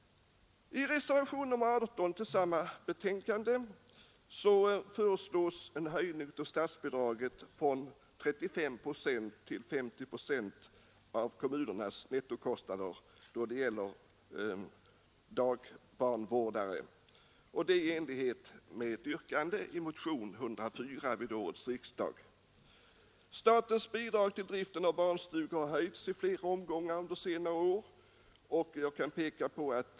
I reservationen 18 till samma betänkande föreslås en höjning av statsbidraget från 35 procent till 50 procent av kommunernas nettokostnader för dagbarnvårdare i enlighet med yrkande i motionen 104 vid årets riksdag. Statens bidrag till driften av barnstugor har höjts i flera omgångar under senare år.